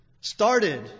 started